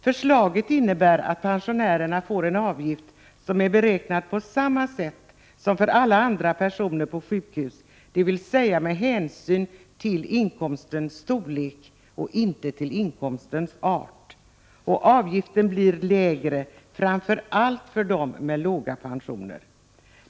Förslaget innebär att pensionärerna får en avgift som är beräknad på samma sätt som för alla andra personer som är intagna på sjukhus, dvs. med hänsyn till inkomstens storlek och inte till inkomstens art. Avgiften blir lägre, framför allt för dem som har låga pensioner.